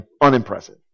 unimpressive